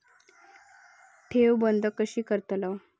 ठेव बंद कशी करतलव?